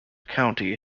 county